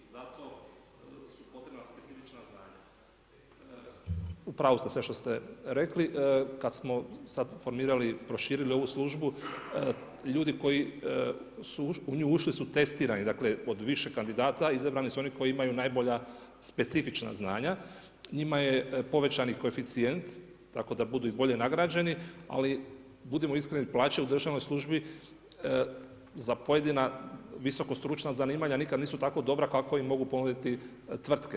u pravu ste sve što ste rekli, kad smo sad formirali, proširili ovu službu, ljudi koji su u nju ušli su testirani, dakle od više kandidata, izabrani su oni koji imaju najbolja specifična znanja, njima je povećani koeficijent tako da budu i bolje nagrađeni, ali budimo iskreni, plaće u državnoj službi za pojedina visokostručna zanimanja nikad nisu tako dobra kako im mogu ponuditi tvrtke.